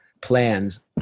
plans